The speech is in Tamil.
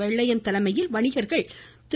வெள்ளையன் தலைமையில் வணிகர்கள் திரு